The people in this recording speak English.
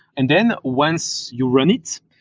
and then once you run it,